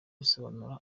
risobanura